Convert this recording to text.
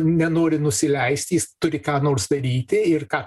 nenori nusileisti jis turi ką nors daryti ir ką